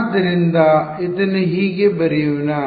ಆದ್ದರಿಂದ ಇದನ್ನು ಹೀಗೆ ಬರೆಯೋಣ